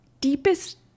deepest